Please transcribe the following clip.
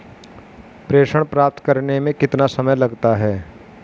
प्रेषण प्राप्त करने में कितना समय लगता है?